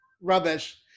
rubbish